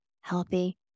healthy